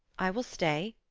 i will stay,